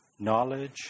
knowledge